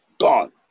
gone